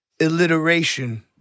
alliteration